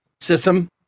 system